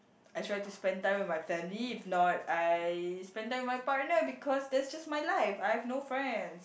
I try to spend time with my family if not I spend time with my partner because that's just my life I have no friends